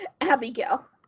Abigail